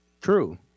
true